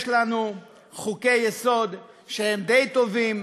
יש לנו חוקי-יסוד שהם די טובים,